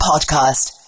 podcast